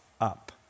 up